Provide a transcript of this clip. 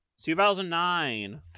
2009